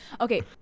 okay